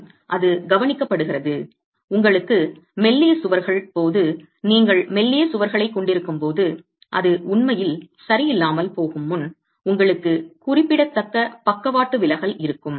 மற்றும் அது கவனிக்கப்படுகிறது உங்களுக்கு மெல்லிய சுவர்கள் போது நீங்கள் மெல்லிய சுவர்களைக் கொண்டிருக்கும் போது அது உண்மையில் சரியில்லாமல் போகும் முன் உங்களுக்கு குறிப்பிடத்தக்க பக்கவாட்டு விலகல் இருக்கும்